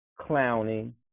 clowning